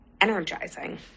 energizing